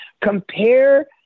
Compare